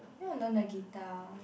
i want to learn the guitar